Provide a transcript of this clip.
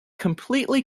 completely